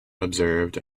observed